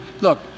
Look